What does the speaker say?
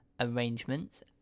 arrangements